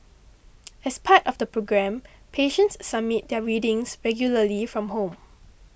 as part of the programme patients submit their readings regularly from home